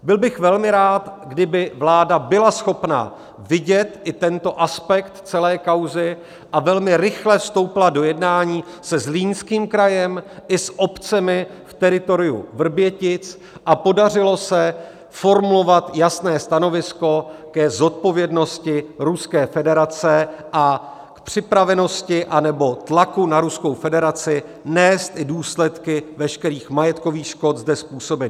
Byl bych velmi rád, kdyby vláda byla schopna vidět i tento aspekt celé kauzy a velmi rychle vstoupila do jednání se Zlínským krajem i s obcemi v teritoriu Vrbětic a podařilo se formulovat jasné stanovisko k zodpovědnosti Ruské federace a připravenosti nebo tlaku na Ruskou federaci nést důsledky veškerých majetkových škod zde způsobených.